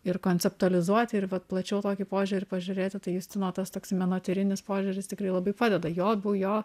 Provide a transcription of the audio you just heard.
ir konceptualizuot ir vat plačiau tokį požiūrį pažiūrėti tai justino tas toks menotyrinis požiūris tikrai labai padeda jo bu jo